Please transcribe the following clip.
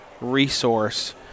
resource